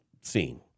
scene